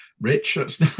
Rich